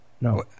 No